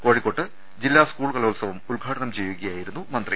കോഴിക്കോട്ട് ജില്ലാ സ്കൂൾ കലോത്സവം ഉദ്ഘാടനം ചെയ്യുകയായിരുന്നു മന്ത്രി